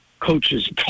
coaches